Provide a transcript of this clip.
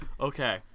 Okay